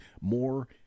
more